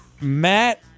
Matt